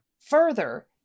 Further